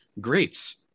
greats